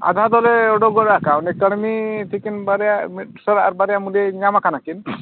ᱟᱫᱷᱟ ᱫᱚᱞᱮ ᱚᱰᱚᱠ ᱜᱚᱫ ᱟᱠᱟᱜᱼᱟ ᱩᱱᱤ ᱠᱟᱹᱲᱢᱤ ᱛᱤᱠᱤᱱ ᱵᱟᱨᱭᱟ ᱢᱤᱫᱥᱚᱨᱟ ᱟᱨ ᱵᱟᱨᱭᱟ ᱢᱩᱞᱭᱟᱹ ᱧᱟᱢ ᱠᱟᱱᱟᱠᱤᱱ